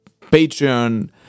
Patreon